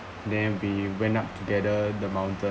then we went up together the mountain